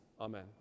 Amen